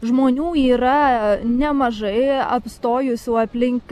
žmonių yra nemažai apstojusių aplink